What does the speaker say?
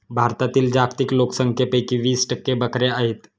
भारतातील जागतिक लोकसंख्येपैकी वीस टक्के बकऱ्या आहेत